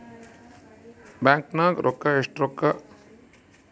bank ನಾಗ ಎಷ್ಟ ರೊಕ್ಕ ಇಟ್ತೀವಿ ಇಂತವೆಲ್ಲ ಯಾರ್ಗು ಹೆಲಂಗಿಲ್ಲ